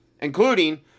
including